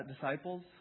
disciples